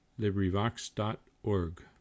LibriVox.org